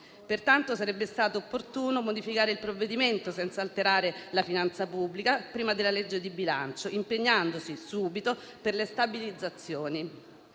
Pertanto, sarebbe stato opportuno modificare il provvedimento, senza alterare la finanza pubblica, prima della legge di bilancio, impegnandosi subito per le stabilizzazioni.